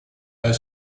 high